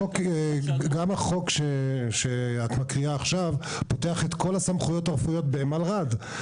גם החוק שאת מקריאה עכשיו פותח את כל הסמכויות הרפואיות במלר"ד.